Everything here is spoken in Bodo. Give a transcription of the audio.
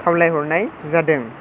खावलायहरनाय जादों